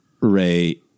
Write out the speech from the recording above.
Ray